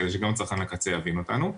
כדי שגם צרכן הקצה יבין אותנו.